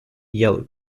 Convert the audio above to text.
yellow